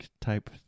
type